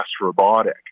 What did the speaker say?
robotic